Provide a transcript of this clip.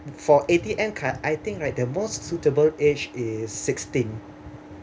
for A_T_M card I think like the most suitable age is sixteen